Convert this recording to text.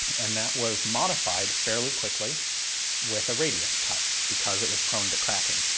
and that was modified fairly quickly with a radius cut because it was prone to cracking.